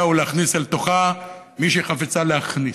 ולהכניס אל תוכה את מי שהיא חפצה להכניס.